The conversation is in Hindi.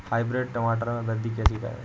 हाइब्रिड टमाटर में वृद्धि कैसे करें?